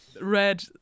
red